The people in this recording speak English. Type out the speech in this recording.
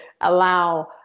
allow